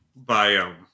biome